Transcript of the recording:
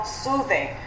soothing